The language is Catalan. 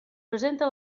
presenta